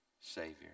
savior